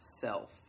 self